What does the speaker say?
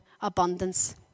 abundance